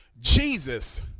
Jesus